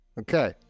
Okay